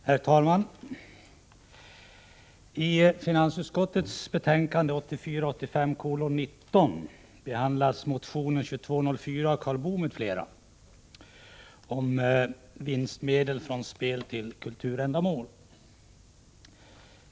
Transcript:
Herr talman! I finansutskottets betänkande 1984/85:19 behandlas motion 2204 av Karl Boo m.fl. om vinstmedel från spel till kulturändamål.